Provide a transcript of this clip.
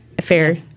fair